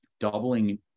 doubling